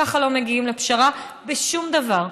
ככה לא מגיעים לפשרה בשום דבר,